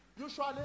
Usually